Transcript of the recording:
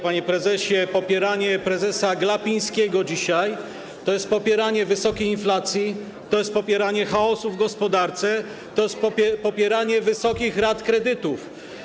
Panie prezesie, popieranie prezesa Glapińskiego dzisiaj to jest popieranie wysokiej inflacji, to jest popieranie chaosu w gospodarce, to jest popieranie wysokich rat kredytów.